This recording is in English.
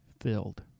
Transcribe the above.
filled